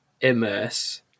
immerse